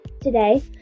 today